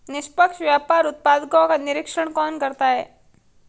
निष्पक्ष व्यापार उत्पादकों का निरीक्षण कौन करता है?